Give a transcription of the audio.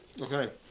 Okay